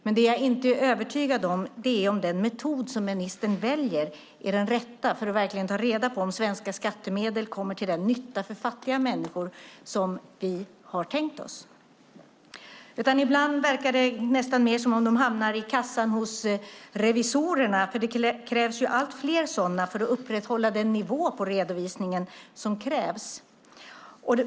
Men det jag inte är övertygad om är om den metod som ministern väljer är den rätta för att verkligen ta reda på om svenska skattemedel kommer till den nytta för fattiga människor som vi har tänkt oss. Ibland verkar det nästan mer som om de hamnar i kassan hos revisorerna, för det krävs ju allt fler sådana för att upprätthålla den nivå på redovisningen som krävs.